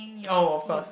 oh of cause